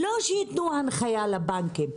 לא שיתנו הנחייה לבנקים,